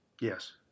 Yes